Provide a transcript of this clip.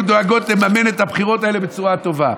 דואגות לממן את הבחירות האלה בצורה טובה.